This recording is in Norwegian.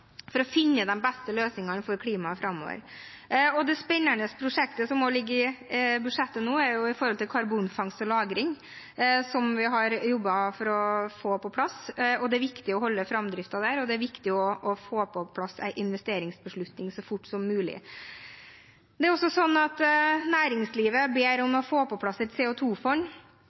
for å finne de beste løsningene innenfor klima framover. Det spennende prosjektet som ligger i budsjettet nå, gjelder karbonfangst og -lagring, som vi har jobbet for å få på plass. Det er viktig å opprettholde framdriften der, og det er viktig å få på plass en investeringsbeslutning så fort som mulig. Det er også sånn at næringslivet ber om å få på plass et